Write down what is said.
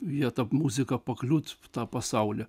vietą muzika pakliūt tą pasaulį